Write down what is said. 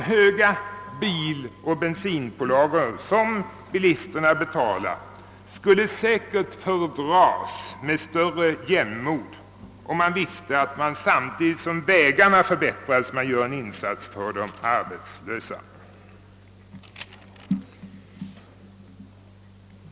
De höga biloch bensinpålagor som bilisterna betalar skulle säkert fördras med större jämnmod om man visste att man därmed, samtidigt som vägarna förbättrades, gjorde en insats för de arbetslösa.